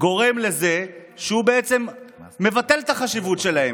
גורם לזה שהוא בעצם מבטל את החשיבות שלהם.